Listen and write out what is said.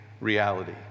reality